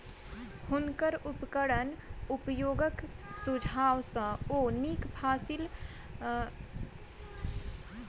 हुनकर उपकरण उपयोगक सुझाव सॅ ओ नीक फसिल उत्पादन कय सकला